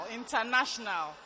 international